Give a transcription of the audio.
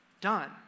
done